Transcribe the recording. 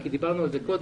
כי דיברנו על זה קודם,